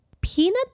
Peanut